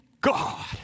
God